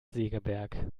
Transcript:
segeberg